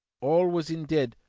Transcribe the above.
all was in dead,